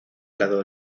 lado